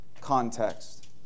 context